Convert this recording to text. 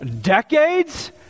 decades